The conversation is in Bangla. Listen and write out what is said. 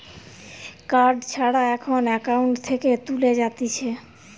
কার্ড ছাড়া এখন একাউন্ট থেকে তুলে যাতিছে